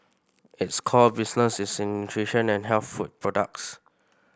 its core business is in nutrition and health food products